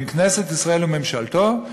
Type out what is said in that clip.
בין כנסת ישראל וממשלתו,